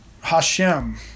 Hashem